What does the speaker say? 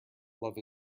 love